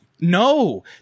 No